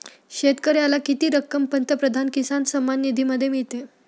शेतकऱ्याला किती रक्कम पंतप्रधान किसान सन्मान निधीमध्ये मिळते?